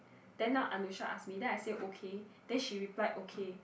then now Anusha ask me then I say okay then she reply okay